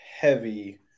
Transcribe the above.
heavy